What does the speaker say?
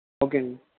okay